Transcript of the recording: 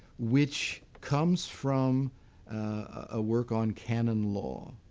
which comes from a work on canon law.